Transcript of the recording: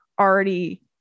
already